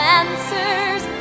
answers